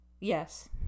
Yes